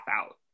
out